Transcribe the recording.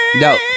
No